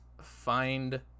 find